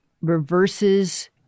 reverses